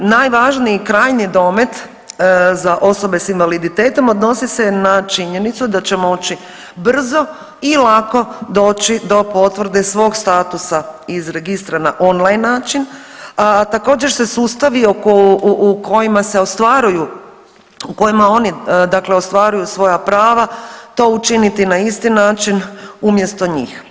Najvažniji krajnji domet za osobe sa invaliditetom odnose se na činjenicu da će moći brzo i lako doći do potvrde svog statusa iz registra na on-line način, a također se sustavi u kojima se ostvaruju, u kojima oni, dakle ostvaruju svoja prava to učiniti na isti način umjesto njih.